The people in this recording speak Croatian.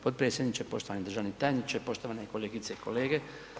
potpredsjedniče, poštovani državni tajniče, poštovane kolegice i kolege.